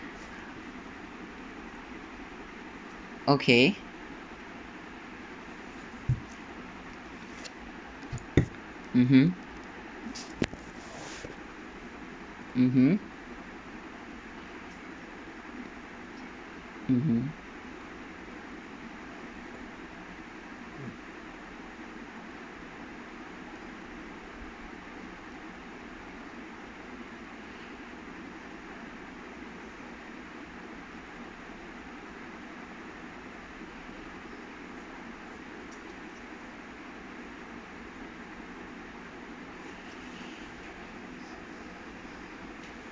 okay mmhmm mmhmm mmhmm